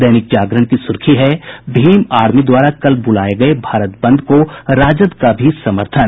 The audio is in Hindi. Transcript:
दैनिक जागरण की सुर्खी है भीम आर्मी द्वारा कल बुलाये गये भारत बंद को राजद का भी समर्थन